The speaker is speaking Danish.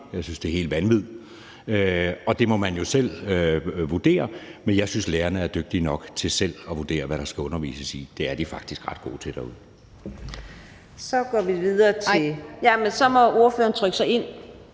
jeg synes, det er komplet vanvid. Det må man jo selv vurdere, men jeg synes, lærerne er dygtige nok til selv at vurdere, hvad der skal undervises i. Det er de faktisk ret gode til derude. Kl. 16:08 Fjerde næstformand (Karina